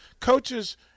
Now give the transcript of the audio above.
Coaches